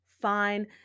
fine